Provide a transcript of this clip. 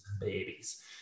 babies